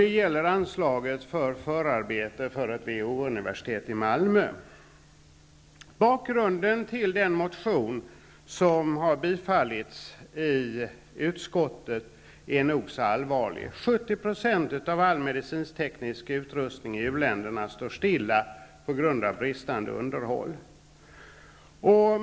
Det gäller anslaget till förarbete för ett WHO-universitet i Bakgrunden till den motion som har tillstyrkts av utskottet är nog så allvarlig. 70 % av all medicinskteknisk utrustning i u-länderna står stilla på grund av bristande underhåll.